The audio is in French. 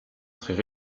serais